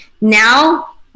Now